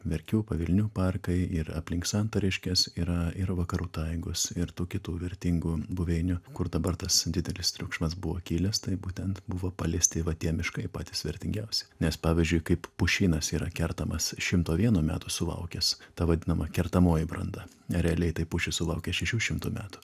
verkių pavilnių parkai ir aplink santariškes yra ir vakarų taigos ir tų kitų vertingų buveinių kur dabar tas didelis triukšmas buvo kilęs tai būtent buvo paliesti va tie miškai patys vertingiausi nes pavyzdžiui kaip pušynas yra kertamas šimto vieno metų sulaukęs ta vadinama kertamoji branda realiai tai pušis sulaukė šešių šimtų metų